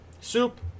soup